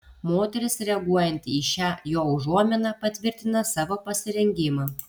moteris reaguojanti į šią jo užuominą patvirtina savo pasirengimą